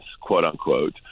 quote-unquote